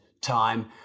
time